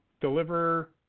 deliver